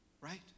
right